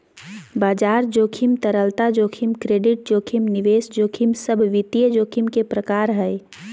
बाजार जोखिम, तरलता जोखिम, क्रेडिट जोखिम, निवेश जोखिम सब वित्तीय जोखिम के प्रकार हय